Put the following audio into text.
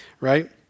right